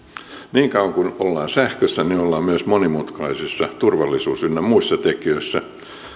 niin kauan kuin ollaan sähkössä ollaan myös monimutkaisissa turvallisuus ynnä muissa tekijöissä